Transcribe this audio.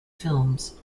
films